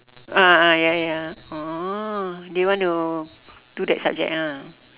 ah ah ya ya oh they want to do that subject ah